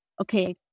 okay